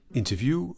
Interview